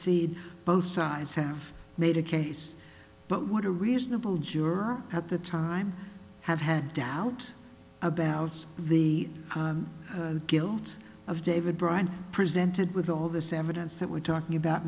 see both sides have made a case but what a reasonable juror at the time have had doubt about the guilt of david bryant presented with all this evidence that we're talking about